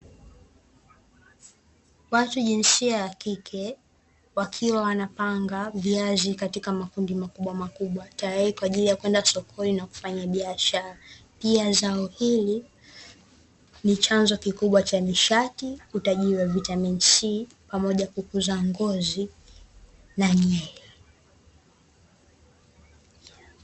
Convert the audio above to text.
Watu jinsia ya kike, wakiwa wanapanga viazi katika makundi makubwamakubwa, tayari kwa ajili ya kwenda sokoni na kufanya biashara. Pia zao hili ni chanzo kikubwa cha nishati, utajiri wa vitamini C pamoja kukuza ngozi na nywele.